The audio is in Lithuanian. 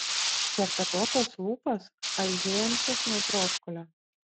šerpetotas lūpas aižėjančias nuo troškulio